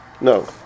no